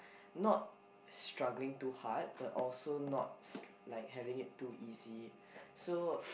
not struggling too hard but also not like having it too easy so